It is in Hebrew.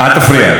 אל תפריע.